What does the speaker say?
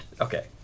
Okay